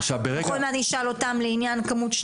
אני אשאל אותם לעניין הכמות,